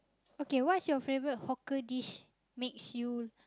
okay what's your favourite hawker dish makes you